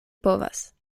povas